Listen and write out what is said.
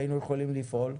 שהיינו יכולים לפעול.